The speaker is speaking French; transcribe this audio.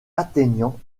atteignant